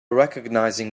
recognizing